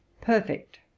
perfect